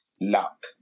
luck